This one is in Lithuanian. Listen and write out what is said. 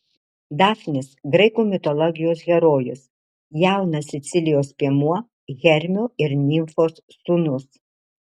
dafnis graikų mitologijos herojus jaunas sicilijos piemuo hermio ir nimfos sūnus